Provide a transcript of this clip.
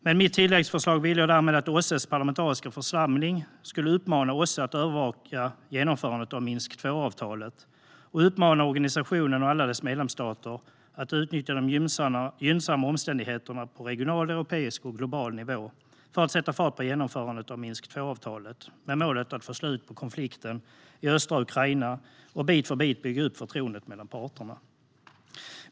Med mitt tilläggsförslag ville jag att OSSE:s parlamentariska församling skulle uppmana OSSE att övervaka genomförandet av Minsk II-avtalet och uppmana organisationen och alla dess medlemsstater att utnyttja de gynnsamma omständigheterna på regional, europeisk och global nivå för att sätta fart på genomförandet av Minsk II-avtalet med målet att få slut på konflikten i östra Ukraina och bit för bit bygga upp förtroendet mellan parterna.